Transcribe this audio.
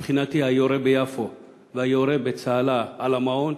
מבחינתי היורה ביפו והיורה בצהלה על המעון